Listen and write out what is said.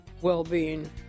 well-being